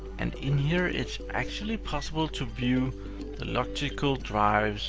and in here, it's actually possible to view the logical drives